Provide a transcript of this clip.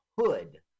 hood